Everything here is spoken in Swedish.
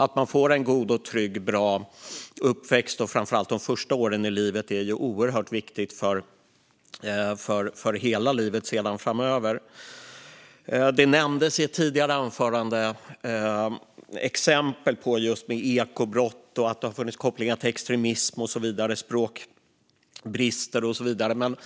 Att man får en god och trygg uppväxt, framför allt de första åren i livet, är oerhört viktigt för hela livet. Det nämndes i ett tidigare anförande exempel på ekobrott, kopplingar till extremism, språkbrister och så vidare. Men